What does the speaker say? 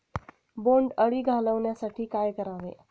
बोंडअळी घालवण्यासाठी काय करावे?